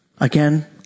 Again